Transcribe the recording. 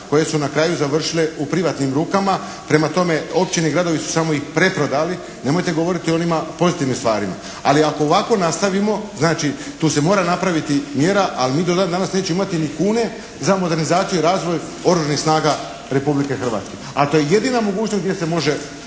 koje su na kraju završile u privatnim rukama. Prema tome, općine i gradovi su samo ih preprodali. Nemojte govoriti o onima pozitivnim stvarima. Ali ako ovako nastavimo, znači tu se mora napraviti mjera ali mi do dan danas nećemo imati ni kune za modernizaciju i razvoj Oružanih snaga Republike Hrvatske a to je jedina mogućnost gdje se može